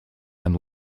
and